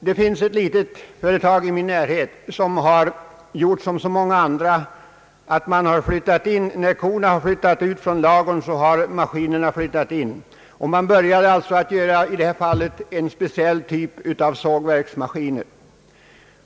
Det finns ett litet företag i min närhet, som har gjort som så många andra: när korna flyttat ut från ladugården har maskinerna flyttat in, och man har börjat tillverka i det här fallet en speciell typ av sågverksmaskiner.